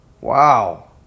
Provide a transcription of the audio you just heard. Wow